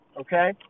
okay